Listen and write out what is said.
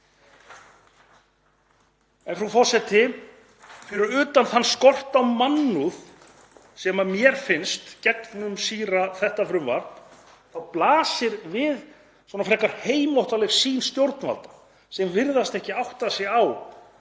Frú forseti. Fyrir utan þann skort á mannúð sem mér finnst gegnumsýra þetta frumvarp blasir við frekar heimóttarleg sýn stjórnvalda sem virðast ekki átta sig á